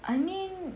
I mean